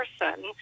person